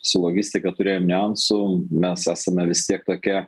su logistika turėjom niuansų mes esame vis tiek tokia